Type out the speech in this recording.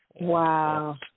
Wow